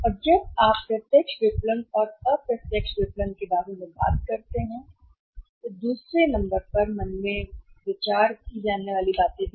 और जब आप प्रत्यक्ष विपणन और अप्रत्यक्ष विपणन के बारे में बात करते हैं तो दूसरे नंबर हैं मन में विचार की जाने वाली बातें भी